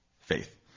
faith